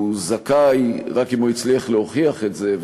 זכאי רק אם הוא הצליח להוכיח את זה,